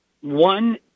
one